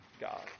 God